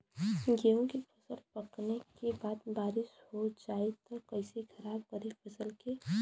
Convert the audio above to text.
गेहूँ के फसल पकने के बाद बारिश हो जाई त कइसे खराब करी फसल के?